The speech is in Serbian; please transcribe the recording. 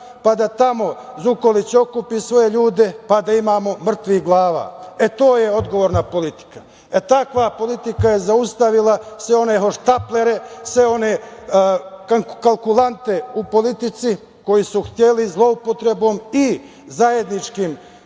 pa da tamo Zukorlić okupi svoje ljude, pa da imamo mrtvih glava? E, to je odgovorna politika. Takva politika je zaustavila sve one hohštaplere, sve one kalkulante u politici koji su hteli zloupotrebom i zajedničkim